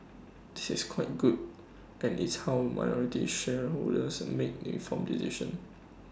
that is quite good and it's how minority shareholders make an informed decision